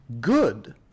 Good